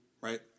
right